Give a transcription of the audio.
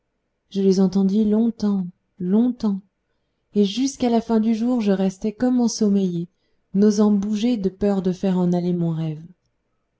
je les entendis longtemps longtemps et jusqu'à la fin du jour je restai comme ensommeillé n'osant bouger de peur de faire en aller mon rêve